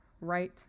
right